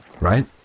Right